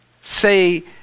say